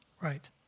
Right